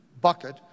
bucket